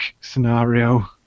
scenario